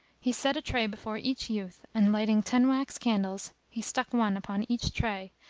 he set a tray before each youth and, lighting ten wax candles, he stuck one upon each tray,